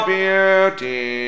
beauty